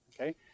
okay